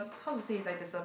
how to say is like there's a